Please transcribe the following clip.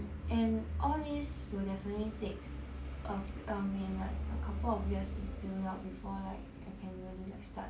and all these will definitely takes err a mean like a couple of years to build up before like I can really like start